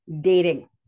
dating